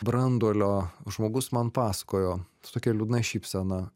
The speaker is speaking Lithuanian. branduolio žmogus man pasakojo su tokia liūdna šypsena